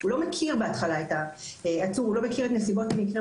הוא לא מכיר את נסיבות המקרה,